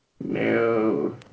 no